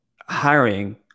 hiring